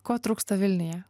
ko trūksta vilniuje